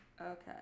Okay